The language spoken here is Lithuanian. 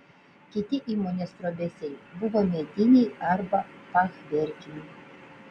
kiti įmonės trobesiai buvo mediniai arba fachverkiniai